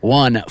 one